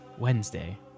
Wednesday